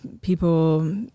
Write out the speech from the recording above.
people